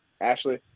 Ashley